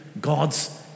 God's